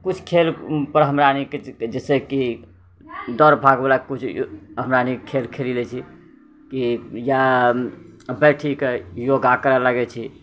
कुछ खेलपर हमरा सनि जाहिसँ कि दौड़ भागवला कुछ हमरा सनि खेल खेलि लै छी कि या बैठिके योगा करै लागै छी